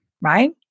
Right